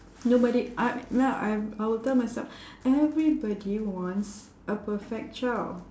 nobody I now I'm I will tell myself everybody wants a perfect child